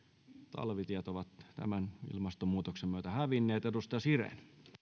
talvitiet ovat tämän ilmastonmuutoksen myötä hävinneet edustaja siren arvoisa